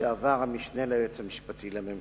לשעבר המשנה ליועץ המשפטי לממשלה,